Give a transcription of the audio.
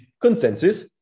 consensus